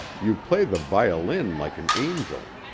you play the violin like an angel.